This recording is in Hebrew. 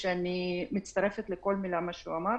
שאני מצטרפת לכל מילה שהוא אמר,